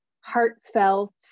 heartfelt